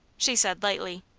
she said, lightly.